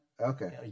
Okay